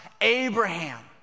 abraham